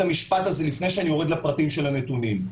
המשפט הזה לפני שאני יורד לפרטים של הנתונים.